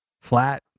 flat